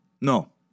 No